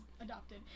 adopted